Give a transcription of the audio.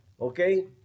Okay